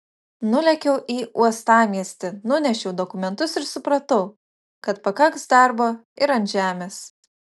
nulėkiau į uostamiestį nunešiau dokumentus ir supratau kad pakaks darbo ir ant žemės